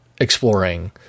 exploring